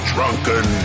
Drunken